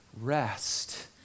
rest